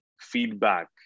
feedback